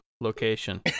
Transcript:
location